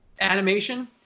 animation